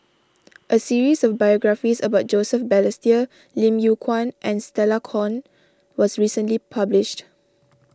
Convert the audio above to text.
a series of biographies about Joseph Balestier Lim Yew Kuan and Stella Kon was recently published